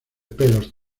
pelos